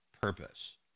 purpose